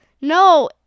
No